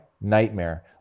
nightmare